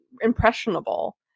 impressionable